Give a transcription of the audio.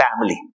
family